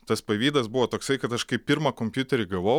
tas pavydas buvo toksai kad aš kai pirmą kompiuterį gavau